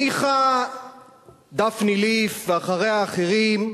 הניחה דפני ליף, ואחריה אחרים,